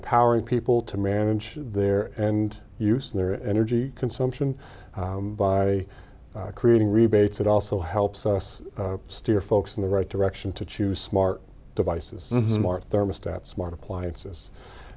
empowering people to manage their and use their energy consumption by creating rebates it also helps us steer folks in the right direction to choose smart devices smart thermostat smart appliances